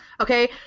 Okay